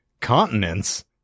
Continents